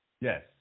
Yes